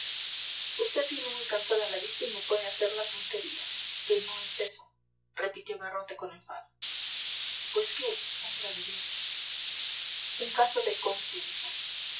usted tiene muy cansada la vista y no puede hacer la puntería que no es eso repitió garrote con enfado pues qué hombre de dios un caso de conciencia